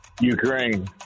Ukraine